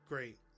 Great